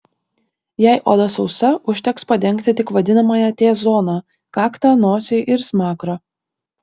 jei oda sausa užteks padengti tik vadinamąją t zoną kaktą nosį ir smakrą